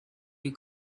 you